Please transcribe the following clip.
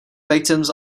victims